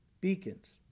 beacons